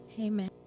Amen